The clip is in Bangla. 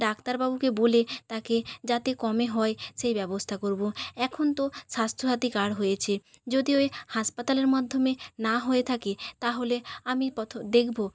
ডাক্তারবাবুকে বলে তাকে যাতে কমে হয় সেই ব্যবস্থা করব এখন তো স্বাস্থ্যসাথী কার্ড হয়েছে যদি ওই হাসপাতালের মাধ্যমে না হয়ে থাকে তাহলে আমি দেখব